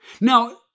Now